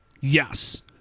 Yes